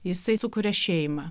jisai sukuria šeimą